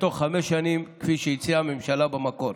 בתוך חמש שנים, כפי שהציעה הממשלה במקור.